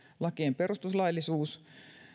lakien perustuslaillisuus